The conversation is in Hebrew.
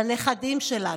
לנכדים שלנו.